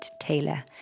Taylor